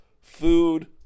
food